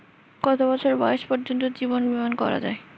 কত বছর বয়স পর্জন্ত জীবন বিমা করা য়ায়?